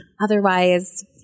Otherwise